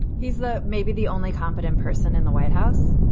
he's the maybe the only competent person in the white house.